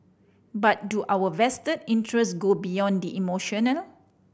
but do our vested interest go beyond the emotional